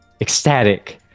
ecstatic